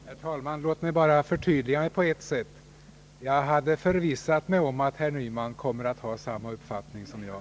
Herr talman! Låt mig bara förtydliga det hela på ett sätt. Jag har förvissat mig om att herr Nyman kommer att ha samma uppfattning som jag.